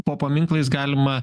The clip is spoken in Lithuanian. po paminklais galima